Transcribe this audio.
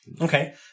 Okay